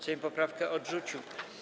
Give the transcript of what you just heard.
Sejm poprawkę odrzucił.